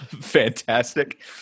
Fantastic